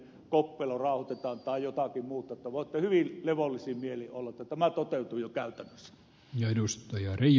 koppelo rauhoitetaan tai jotakin muuta että voitte hyvin levollisin mielin olla että tämä toteutuu jo käytännössä